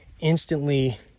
Instantly